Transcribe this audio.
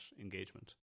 engagement